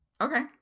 Okay